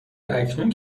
اکنون